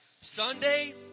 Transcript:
Sunday